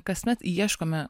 kasmet ieškome